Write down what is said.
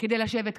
כדי לשבת כאן.